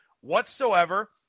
whatsoever